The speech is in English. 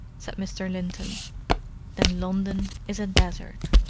said mr. linton then london is a desert.